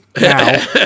now